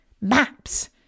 Maps